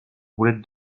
roulette